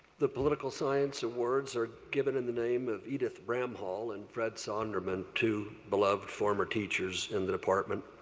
the political science awards are given in the name of edith bramhall and fred sondermann, two beloved former teachers in the department.